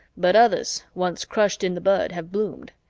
but others, once crushed in the bud, have bloomed.